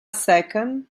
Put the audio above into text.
second